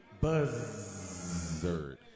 Buzzard